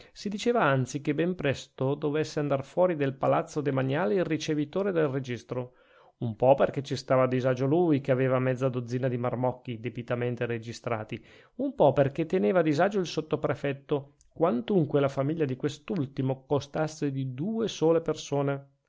si diceva anzi che ben presto dovesse andar fuori del palazzo demaniale il ricevitore del registro un po perchè ci stava a disagio lui che aveva mezza dozzina di marmocchi debitamente registrati un po perchè teneva a disagio il sottoprefetto quantunque la famiglia di quest'ultimo constasse di due sole persone